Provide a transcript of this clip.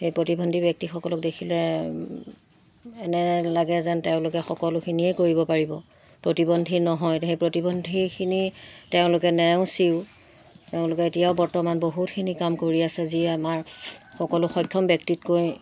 সেই প্ৰতিবন্ধী ব্যক্তিসকলক দেখিলে এনে লাগে যেন তেওঁলোকে সকলোখিনিয়েই কৰিব পাৰিব প্ৰতিবন্ধী নহয় সেই প্ৰতিবন্ধীখিনি তেওঁলোকে নেওচিও তেওঁলোকে এতিয়াও বৰ্তমান বহুতখিনি কাম কৰি আছে যি আমাৰ সকলো সক্ষম ব্যক্তিতকৈ